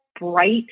bright